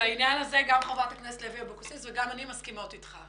בעניין הזה גם חברת הכנסת אורלי לוי אבקסיס וגם אני מסכימות אתך.